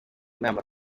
inama